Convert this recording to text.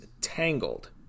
Tangled